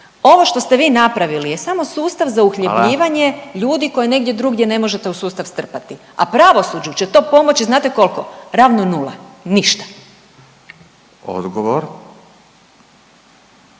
Ovo što ste vi napravili je samo sustav za uhljebljivanje …/Upadica Radin: Hvala./… ljudi koji negdje drugdje ne možete u sustav strpati, a pravosuđu će to pomoći znate koliko, ravno nula, ništa. **Radin,